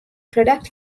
product